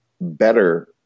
better